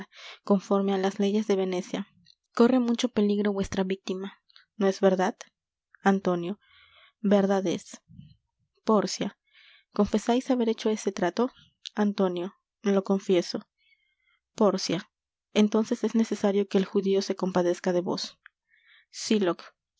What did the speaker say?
conforme á las leyes de venecia corre mucho peligro vuestra víctima no es verdad antonio verdad es pórcia confesais haber hecho ese trato antonio lo confieso pórcia entonces es necesario que el judío se compadezca de vos